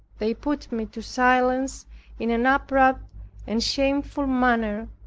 they put me to silence in an abrupt and shameful manner,